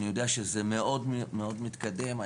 אני יודע שזה מאוד מאוד מתקדם,